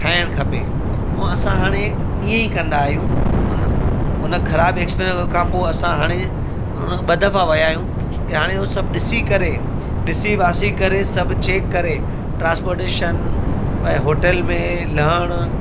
ठाहिणु खपे ऐं असां हाणे इअं ई कंदा आहियूं हुन हुन ख़राबु एक्स्पीरेंस खां पोइ असां हाणे पाणि ॿ दफ़ा विया आहियूं की हाणे उहो सभु ॾिसी करे ॾिसी वासी करे सभु चेक करे ट्रांसपोटेशन ऐं होटल में लहण